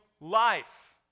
life